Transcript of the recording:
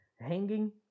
hanging